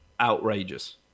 outrageous